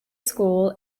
school